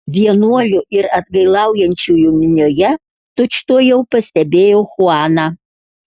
vienuolių ir atgailaujančiųjų minioje tučtuojau pastebėjau chuaną